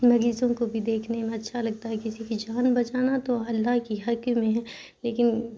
مریضوں کو بھی دیکھنے میں اچھا لگتا ہے کسی کی جان بچانا تو اللہ کی میں ہے لیکن